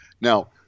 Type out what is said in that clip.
Now